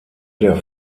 der